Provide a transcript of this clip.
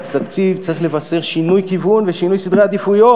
והתקציב צריך לבשר שינוי כיוון ושינוי סדרי עדיפויות.